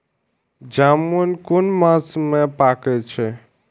जामून कुन मास में पाके छै?